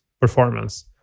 performance